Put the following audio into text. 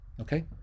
okay